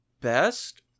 best